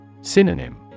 Synonym